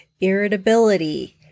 irritability